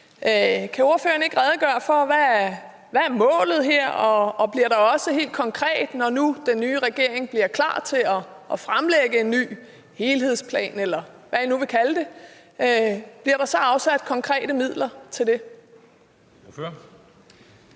Kan ordføreren ikke redegøre for, hvad målet her er? Når nu den nye regering bliver klar til at fremlægge en ny helhedsplan, eller hvad man nu vil kalde den, bliver der så afsat konkrete midler til den?